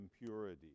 impurity